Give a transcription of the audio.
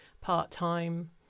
part-time